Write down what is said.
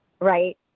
Right